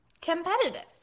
competitive